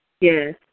Yes